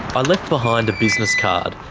i left behind a business card.